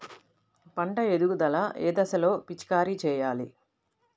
పంట ఎదుగుదల ఏ దశలో పిచికారీ చేయాలి?